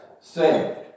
saved